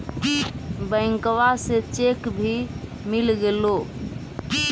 बैंकवा से चेक भी मिलगेलो?